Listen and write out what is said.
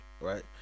right